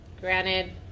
Granted